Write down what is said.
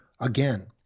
Again